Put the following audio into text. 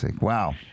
Wow